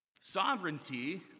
Sovereignty